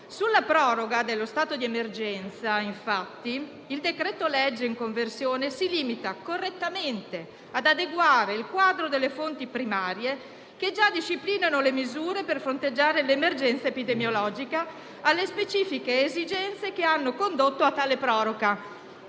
Sulla proroga dello stato di emergenza, infatti, il decreto-legge in conversione si limita, correttamente, ad adeguare il quadro delle fonti primarie, che già disciplinano le misure per fronteggiare l'emergenza epidemiologica, alle specifiche esigenze che hanno condotto a tale proroga.